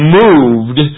moved